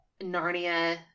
Narnia